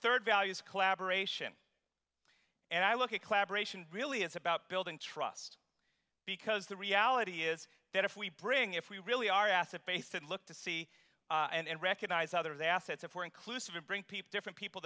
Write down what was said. third values collaboration and i look at collaboration really it's about building trust because the reality is that if we bring if we really are asset base and look to see and recognize others assets if we're inclusive and bring people different people